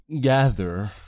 gather